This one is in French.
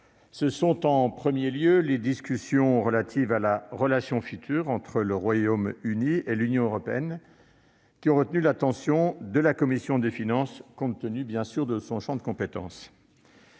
ce sont en premier lieu les discussions relatives à la relation future entre le Royaume-Uni et l'Union européenne qui ont retenu l'attention de la commission de finances, compte tenu de son champ de compétences.